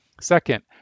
Second